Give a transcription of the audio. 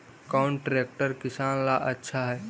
कौन ट्रैक्टर किसान ला आछा है?